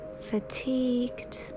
fatigued